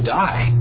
die